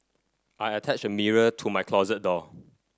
I attached a mirror to my closet door